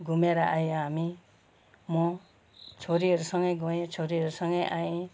घुमेर आएँ हामी म छोरीहरूसँगै गएँ छोरीहरूसँगै आएँ